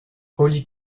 holly